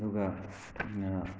ꯑꯗꯨꯒ ꯑꯩꯅ